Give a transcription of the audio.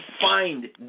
find